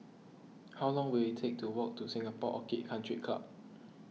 how long will it take to walk to Singapore Orchid Country Club